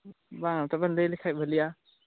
ᱵᱟᱝ ᱛᱚᱵᱮ ᱞᱟᱹᱭ ᱞᱮᱠᱷᱟᱱ ᱵᱷᱟᱹᱞᱤᱜᱼᱟ